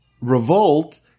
revolt